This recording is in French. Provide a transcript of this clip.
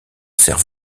sert